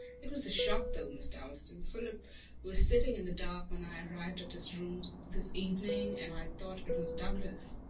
it was a shock, though, miss dalstan. philip was sitting in the dark when i arrived at his rooms this evening, and i thought it was douglas.